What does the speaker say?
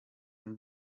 and